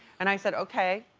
and i said, okay,